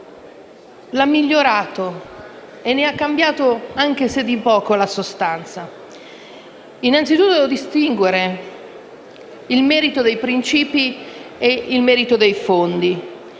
ha migliorato e ne ha cambiato, anche se di poco, la sostanza. Innanzitutto devo distinguere il merito dei principi e il merito dei fondi.